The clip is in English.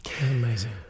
Amazing